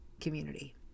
community